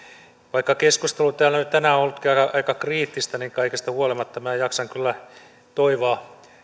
vaikka keskustelu täällä nyt tänään on ollutkin aika kriittistä niin kaikesta huolimatta minä jaksan kyllä toivoa